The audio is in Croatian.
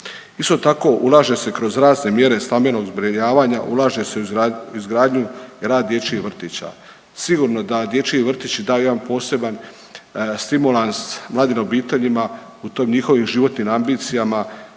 Isto tako ulaže se kroz razne mjere stambenog zbrinjavanja, ulaže se u izgradnju grad dječjih vrtića. Sigurno da dječji vrtići daju jedan poseban stimulans mladim obiteljima u tim njihovim životnim ambicijama